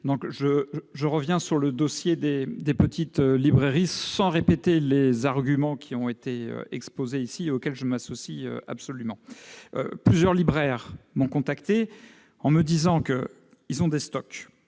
Je reviens sur le dossier des petites librairies, sans répéter les arguments qui ont été exposés ici, auxquels je m'associe absolument. Plusieurs libraires m'ont contacté en me disant qu'ils avaient des stocks